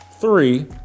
Three